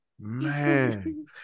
Man